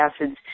acids